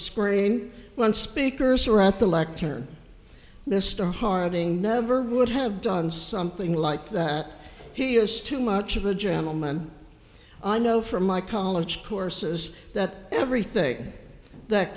lectern mr harding never would have done something like that he is too much of a gentleman i know from my college courses that everything that